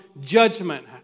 judgment